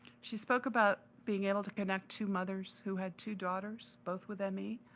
she spoke about being able to connect to mothers who had two daughters, both with um me,